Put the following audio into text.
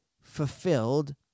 fulfilled